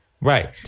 Right